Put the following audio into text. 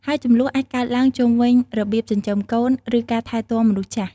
ហើយជម្លោះអាចកើតឡើងជុំវិញរបៀបចិញ្ចឹមកូន ឬការថែទាំមនុស្សចាស់។